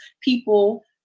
people